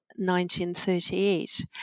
1938